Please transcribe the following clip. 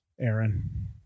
Aaron